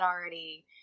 already